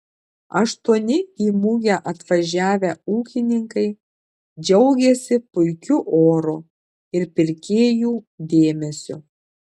aštuoni į mugę atvažiavę ūkininkai džiaugėsi puikiu oru ir pirkėjų dėmesiu